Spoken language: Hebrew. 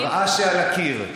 מראה, מראה שעל הקיר,